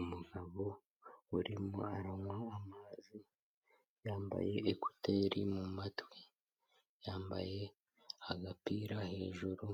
Umugabo urimo aranywa amazi yambaye ekuteri mu matwi, yambaye agapira hejuru,